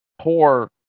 poor